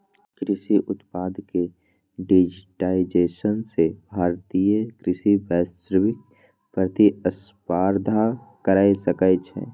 कृषि उत्पाद के डिजिटाइजेशन सं भारतीय कृषि वैश्विक प्रतिस्पर्धा कैर सकै छै